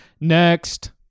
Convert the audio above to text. next